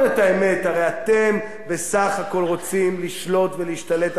הרי אתם בסך הכול רוצים לשלוט ולהשתלט על התקשורת.